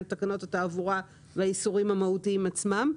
תקנות התעבורה והאיסורים המהותיים עצמם.